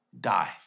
die